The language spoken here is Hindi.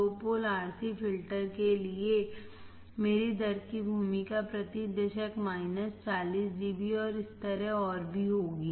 दो पोल RC फिल्टर के लिए मेरी दर की भूमिका प्रति दशक 40 dB और इस तरह और भी होगी